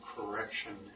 correction